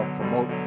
promote